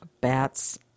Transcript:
bats